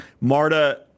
Marta